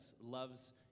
loves